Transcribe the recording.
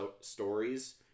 stories